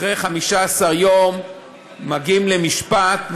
אחרי 15 יום מגיעים למשפט,